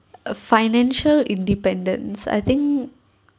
a financial independence I think